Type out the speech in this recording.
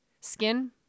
skin